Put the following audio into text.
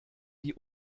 die